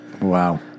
Wow